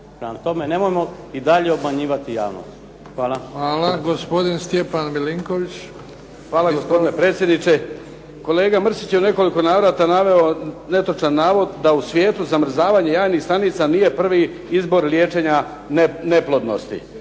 Prema tome, nemojmo i dalje obmanjivati javnost. Hvala. **Bebić, Luka (HDZ)** Hvala. Gospodin Stjepan Milinković. **Milinković, Stjepan (HDZ)** Hvala gospodine predsjedniče. Kolega Mrsić je u nekoliko navrata naveo netočan navod da u svijetu zamrzavanja jajnih stanica nije prvi izbor liječenja neplodnosti.